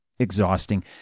exhausting